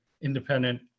independent